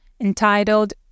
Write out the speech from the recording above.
entitled